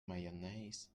mayonnaise